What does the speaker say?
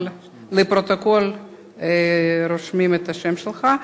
אבל לפרוטוקול רושמים את השם שלך.